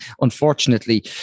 Unfortunately